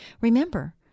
Remember